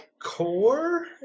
Core